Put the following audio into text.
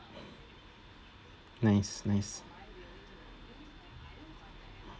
nice nice